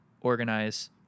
organize